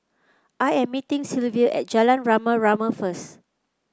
I am meeting Silvia at Jalan Rama Rama first